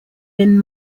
been